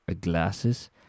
glasses